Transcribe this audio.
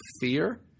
fear